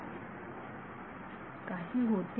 विद्यार्थी काही होत्या